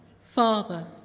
Father